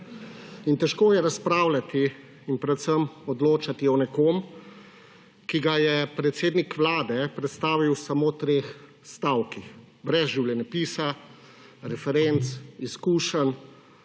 težko je razpravljati in predvsem odločati o nekom, ki ga je predsednik Vlade predstavil samo v treh stavkih, brez življenjepisa, referenc, izkušenj,